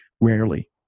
rarely